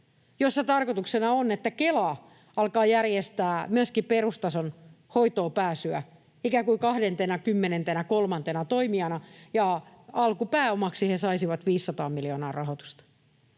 eli tarkoituksena on, että Kela alkaa järjestää myöskin perustason hoitoonpääsyä ikään kuin 23. toimijana, ja alkupääomaksi he saisivat 500 miljoonaa rahoitusta.